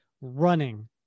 running